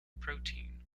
protein